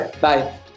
bye